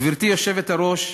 גברתי היושבת-ראש,